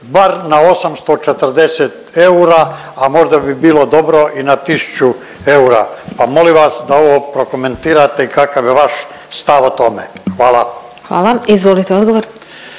bar na 840 eura, a možda bi bilo dobro i na 1000 eura, pa molim vas da ovo prokomentirate kakav je vaš stav o tome. Hvala. **Glasovac,